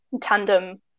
tandem